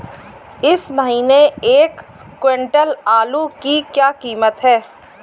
इस महीने एक क्विंटल आलू की क्या कीमत है?